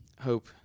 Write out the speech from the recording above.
hope